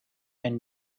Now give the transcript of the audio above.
and